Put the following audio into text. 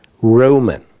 Roman